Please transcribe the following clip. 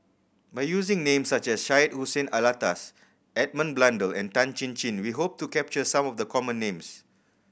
by using names such as Syed Hussein Alatas Edmund Blundell and Tan Chin Chin we hope to capture some of the common names